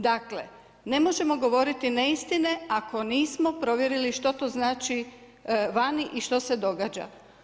Dakle, ne možemo govoriti neistine ako nismo provjerili što to znači vani i što se događa.